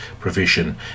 provision